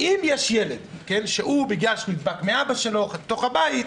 אם יש ילד שנדבק מאבא שלו בתוך הבית,